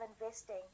investing